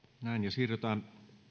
siirrytään